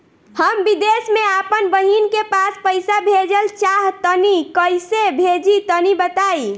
हम विदेस मे आपन बहिन के पास पईसा भेजल चाहऽ तनि कईसे भेजि तनि बताई?